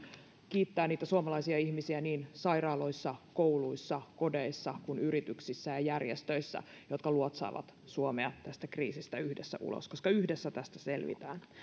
kiittää niitä suomalaisia ihmisiä niin sairaaloissa kouluissa kodeissa kuin yrityksissä ja järjestöissä jotka luotsaavat suomea tästä kriisistä yhdessä ulos koska yhdessä tästä selvitään